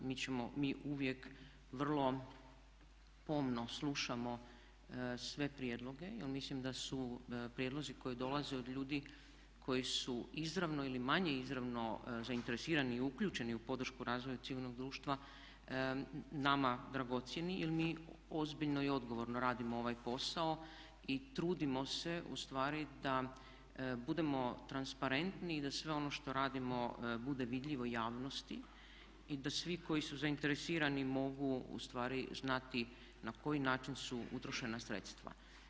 Mi uvijek vrlo pomno slušamo sve prijedloge jer mislim da su prijedlozi koji dolaze od ljudi koji su izravno ili manje izravno zainteresirani i uključeni u podršku razvoja civilnog društva nama dragocjeni jer mi ozbiljno i odgovorno radimo ovaj posao i trudimo se ustvari da budemo transparentni i da sve ono što radimo bude vidljivo javnosti i da svi koji su zainteresirani mogu ustvari znati na koji način su utrošena sredstva.